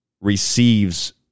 receives